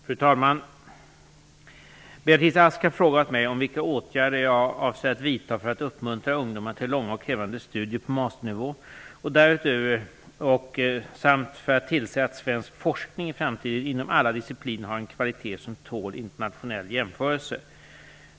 Fru talman! Beatrice Ask har frågat mig om vilka åtgärder jag avser att vidta för att uppmuntra ungdomar till långa och krävande studier på mastersnivå och därutöver samt för att tillse att svensk forskning i framtiden inom alla discipliner har en kvalitet som tål internationell jämförelse.